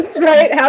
right